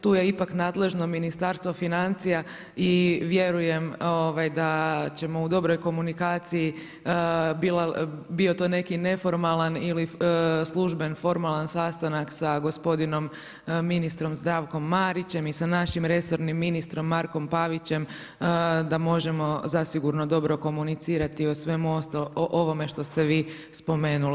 Tu je ipak nadležno Ministarstvo financija i vjerujem da ćemo u dobroj komunikaciji bio to neki neformalan ili služben formalan sastanak sa gospodinom ministrom Zdravkom Marićem i sa našim resornim ministrom Markom Pavićem da možemo zasigurno dobro komunicirati o ovome što ste vi spomenuli.